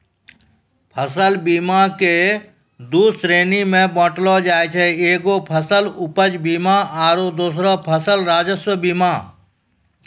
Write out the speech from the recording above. फसल बीमा के दु श्रेणी मे बाँटलो जाय छै एगो फसल उपज बीमा आरु दोसरो फसल राजस्व बीमा